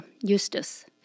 Eustace